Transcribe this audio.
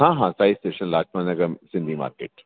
हा हा Sai stationer Lajpat Nagar Sindhi market